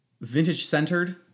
vintage-centered